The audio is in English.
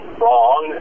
wrong